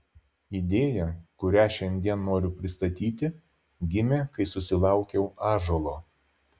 idėja kurią šiandien noriu pristatyti gimė kai susilaukiau ąžuolo